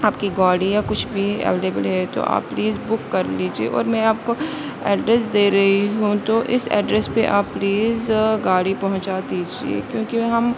آپ کی گاڑی یا کچھ بھی اویلیبل ہے تو آپ پلیز بک کر لیجیے اور میں آپ کو ایڈریس دے رہی ہوں تو اِس ایڈریس پہ آپ پلیز گاڑی پہنچا دیجیے کیوںکہ ہم